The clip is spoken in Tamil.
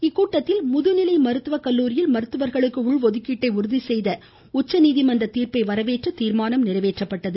இக்கூட்டத்தில் முதுநிலை மருத்துவக் கல்லூரியில் மருத்துவர்களுக்கு உள் ஒதுக்கீட்டை உறுதிசெய்த உச்சநீதிமன்ற தீர்ப்பை வரவேற்று தீர்மானம் நிறைவேற்றப்பட்டது